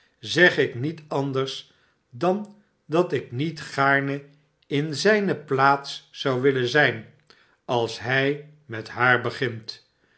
dennis zegik met anders dan dat ik niet gaarne in zijne plaats zou willen zip als hi met haar begint